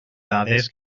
dades